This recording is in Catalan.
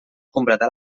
completar